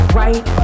right